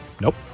Nope